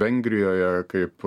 vengrijoje kaip